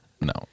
No